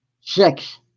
Six